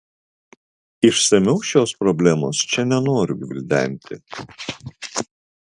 išsamiau šios problemos čia nenoriu gvildenti